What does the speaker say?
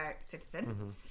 Citizen